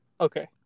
Okay